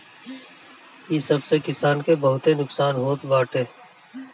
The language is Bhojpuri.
इ सब से किसान के बहुते नुकसान होत बाटे